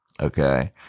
Okay